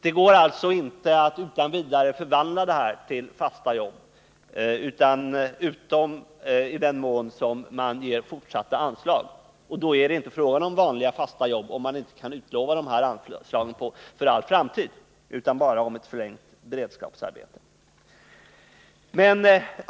Det går alltså inte att utan vidare förvandla beredskapsarbeten till fasta jobb utom i den mån man ger fortsatta anslag — och då är det inte fråga om vanliga fasta jobb utan bara om förlängt beredskapsarbete.